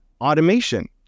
automation